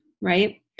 right